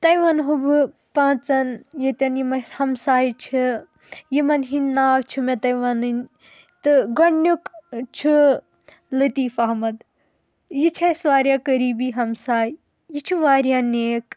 تۄیہِ ونہو بہٕ پانٛژن ییٚتٮ۪ن یِم اَسہِ ہمساے چھِ یِمن ہِنٛدۍ ناو چھِ مےٚ تۄیہِ وَنٕنۍ تہٕ گۄڈنیُک چھُ لطیف احمد یہِ چھِ اَسہِ وارِیاہ قریبی ہمساے یہِ چھُ وارِیاہ نیک